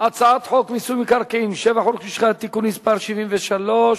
על הצעת חוק מיסוי מקרקעין (שבח ורכישה) (תיקון מס' 73)